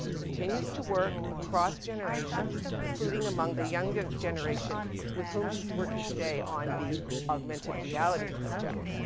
continues to work across generations. including among the younger generation with whom she's working today on the augmented reality project.